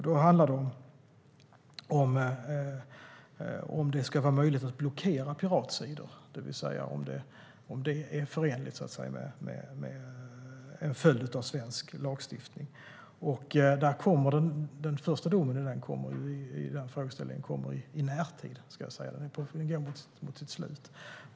Det handlar om huruvida det ska vara möjligt att blockera piratsidor, det vill säga om det är en följd av svensk lagstiftning. Den första domen i den frågeställningen kommer i närtid.